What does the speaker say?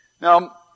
Now